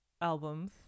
albums